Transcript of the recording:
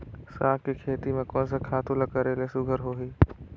साग के खेती म कोन स खातु ल करेले सुघ्घर होही?